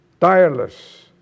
Tireless